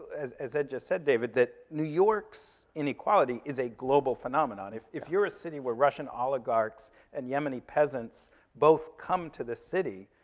as as ed just said, david, that new york's inequality is a global phenomenon. if if you're a city where russian russian oligarchs and yemeni peasants both come to the city,